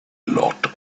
lot